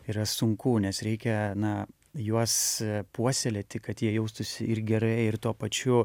yra sunku nes reikia na juos puoselėti kad jie jaustųsi ir gerai ir tuo pačiu